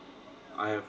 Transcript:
I have